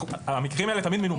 המקרים האלה תמיד מנומקים.